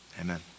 amen